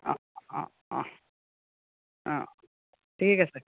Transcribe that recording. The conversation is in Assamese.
অঁ অঁ অঁ অঁ ঠিক আছে